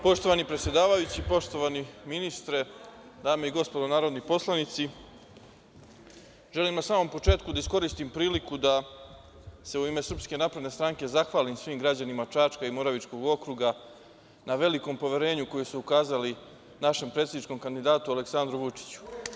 Poštovani predsedavajući, poštovani ministre, dame i gospodo narodni poslanici, želim na samom početku da iskoristim priliku da se u ime SNS zahvalim svim građanima Čačka i Moravičkog okruga na velikom poverenju koje su ukazali našem predsedničkom kandidatu Aleksandru Vučiću.